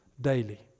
daily